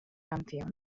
canción